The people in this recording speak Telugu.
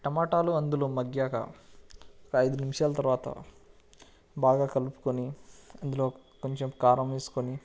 టమాటాలు అందులో మగ్గినాక ఒక ఐదు నిమిషాలు తర్వాత బాగా కలుపుకొని అందులో కొంచెం కారం వేసుకొని